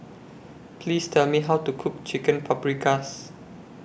Please Tell Me How to Cook Chicken Paprikas